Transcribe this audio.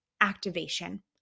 activation